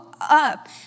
up